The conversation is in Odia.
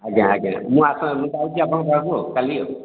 ଆଜ୍ଞା ଆଜ୍ଞା ମୁଁ ଯାଉଛି ଆପଣଙ୍କ ପାଖକୁ କାଲି ଆଉ